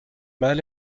mal